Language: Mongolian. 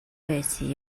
байсан